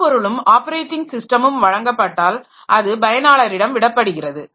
வன்பொருளும் operating ஸிஸ்டமும் வழங்கப்பட்டால் அது பயனாளரிடம் விடப்படுகிறது